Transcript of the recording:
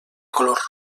color